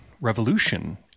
revolution